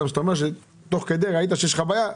ואתה אומר שתוך כדי ראית שיש לך בעיה,